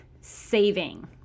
saving